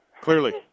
Clearly